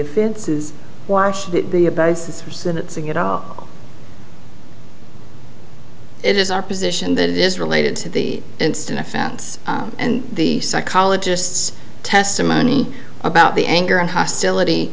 offenses why should it be a basis for sentencing it all it is our position that it is related to the instant offense and the psychologists testimony about the anger and hostility